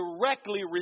directly